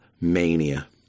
mania